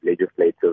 legislative